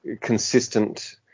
consistent